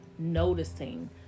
Noticing